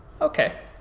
Okay